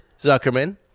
Zuckerman